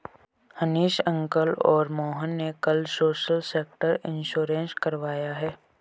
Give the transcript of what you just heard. Hanish uncle और मोहन ने कल सोशल सेक्टर इंश्योरेंस करवाया है